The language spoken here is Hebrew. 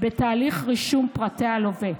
בתהליך רישום פרטי הלווה.